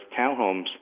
townhomes